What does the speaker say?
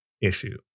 issue